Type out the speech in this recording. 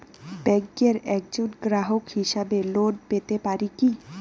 ব্যাংকের একজন গ্রাহক হিসাবে লোন পেতে পারি কি?